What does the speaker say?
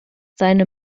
seine